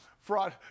fraud